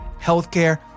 healthcare